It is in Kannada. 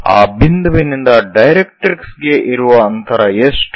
ಆ ಬಿಂದುವಿನಿಂದ ಡೈರೆಕ್ಟ್ರಿಕ್ಸ್ ಗೆ ಇರುವ ಅಂತರ ಎಷ್ಟು